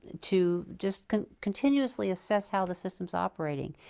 to just continuously assess how the system's operating.